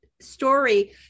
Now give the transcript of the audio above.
story